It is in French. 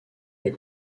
est